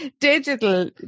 digital